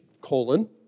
colon